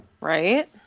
right